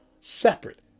separate